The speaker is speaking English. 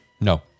No